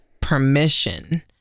permission